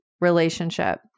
relationship